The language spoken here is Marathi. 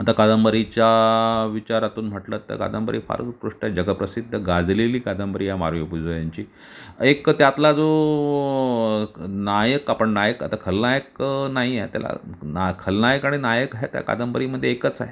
आता कादंबरीच्या विचारातून म्हटलंत तर कादंबरी फारच उत्कृष्ट जगप्रसिद्ध गाजलेली कादंबरी या मारिओ पुझो यांची एक तर त्यातला जो नायक आपण नायक आता खलनायक नाही आहे त्याला ना खलनायक आणि नायक ह्या त्या कादंबरीमध्ये एकच आहे